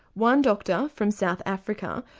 one doctor from south africa,